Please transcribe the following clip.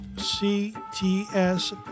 C-T-S